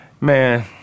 Man